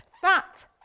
fat